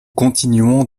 continuons